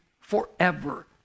forever